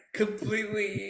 completely